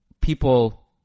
people